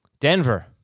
Denver